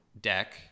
deck